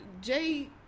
Jay